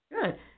Good